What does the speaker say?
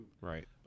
Right